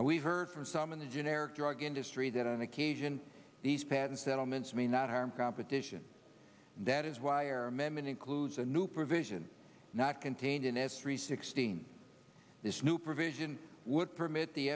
and we've heard from some in the generic drug industry that on occasion these patent settlements may not harm competition that is why are amendment includes a new provision not contained in s three sixteen this new provision would permit the